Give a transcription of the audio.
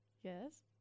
Yes